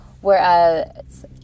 Whereas